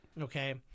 okay –